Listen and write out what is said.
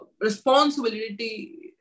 responsibility